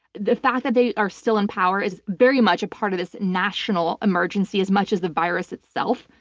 the fact that they are still in power is very much a part of this national emergency as much as the virus itself.